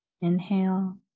Inhale